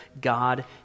God